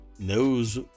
knows